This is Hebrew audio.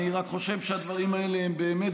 אומר דברים שהם שקר,